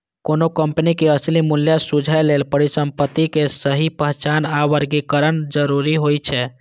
कोनो कंपनी के असली मूल्य बूझय लेल परिसंपत्तिक सही पहचान आ वर्गीकरण जरूरी होइ छै